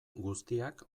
guztiak